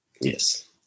Yes